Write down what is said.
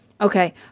Okay